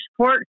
support